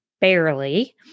barely